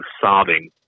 sobbing